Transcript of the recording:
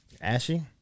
ashy